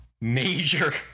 major